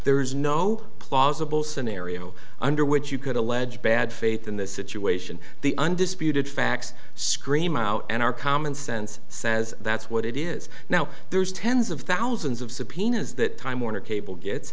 there is no plausible scenario under which you could allege bad faith in this situation the undisputed facts scream out and our common sense says that's what it is now there's tens of thousands of subpoenas that time warner cable gets